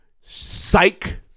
Psych